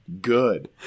good